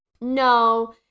No